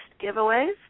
giveaways